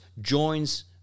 joins